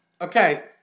Okay